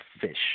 fish